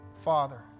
Father